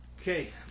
Okay